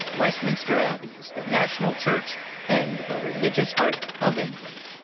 westminster abbey is the national church and the religious heart of england.